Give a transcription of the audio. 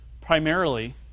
primarily